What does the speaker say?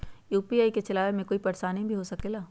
UPI के चलावे मे कोई परेशानी भी हो सकेला?